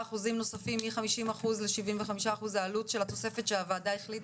25% נוספים מ-50% ל-75% עלות התוספת שהוועדה החליטה?